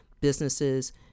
businesses